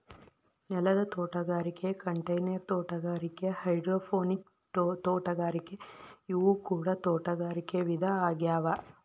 ನೆಲದ ತೋಟಗಾರಿಕೆ ಕಂಟೈನರ್ ತೋಟಗಾರಿಕೆ ಹೈಡ್ರೋಪೋನಿಕ್ ತೋಟಗಾರಿಕೆ ಇವು ಕೂಡ ತೋಟಗಾರಿಕೆ ವಿಧ ಆಗ್ಯಾವ